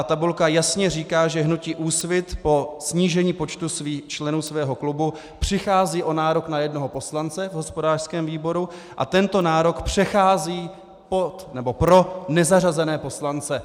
Tabulka jasně říká, že hnutí Úsvit po snížení počtu členů svého klubu přichází o nárok na jednoho poslance v hospodářském výboru a tento nárok přechází pro nezařazené poslance.